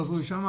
תעזרו לי שם,